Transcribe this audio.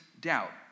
doubt